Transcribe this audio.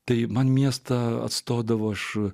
tai man miestą atstodavo aš